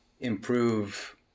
improve